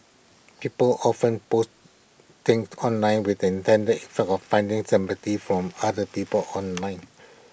people often post things online with the intended effect of finding sympathy from other people online